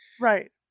Right